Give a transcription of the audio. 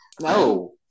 No